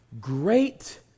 Great